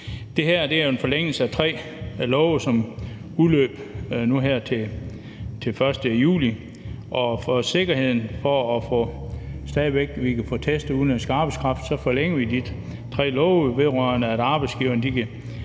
Det her er jo en forlængelse af tre love, som udløber nu her den 1. juli. For at være sikre på, at vi stadig væk kan få testet udenlandsk arbejdskraft, forlænger vi de tre love, der vedrører, at arbejdsgiverne kan